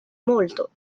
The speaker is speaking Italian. molto